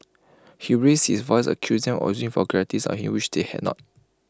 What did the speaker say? he raised his voice and accused them of using vulgarities on him which they had not